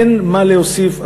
אין מה להוסיף,